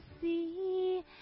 see